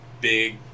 big